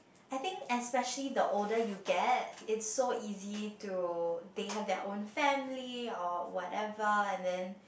I think especially the older you get it's so easy to they have their own family or whatever and then